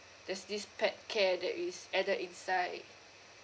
there's this pet care that is added inside